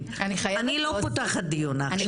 ואני לא פותחת על זה עוד דיון עכשיו.